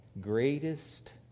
greatest